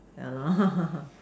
ya lah